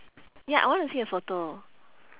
ya I want to see the photo